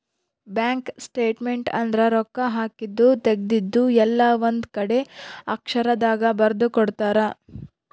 bank statement ಅಂದ್ರ ರೊಕ್ಕ ಹಾಕಿದ್ದು ತೆಗ್ದಿದ್ದು ಎಲ್ಲ ಒಂದ್ ಕಡೆ ಅಕ್ಷರ ದಾಗ ಬರ್ದು ಕೊಡ್ತಾರ